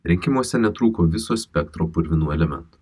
rinkimuose netrūko viso spektro purvinų elementų